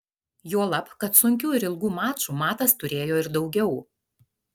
juolab kad sunkių ir ilgų mačų matas turėjo ir daugiau